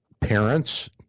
parents